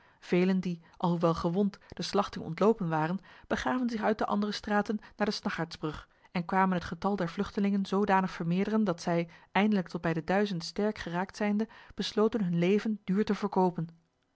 velen die alhoewel gewond de slachting ontlopen waren begaven zich uit de andere straten naar de snaggaardsbrug en kwamen het getal der vluchtelingen zodanig vermeerderen dat zij eindelijk tot bij de duizend sterk geraakt zijnde besloten hun leven duur te verkopen